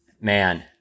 man